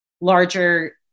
larger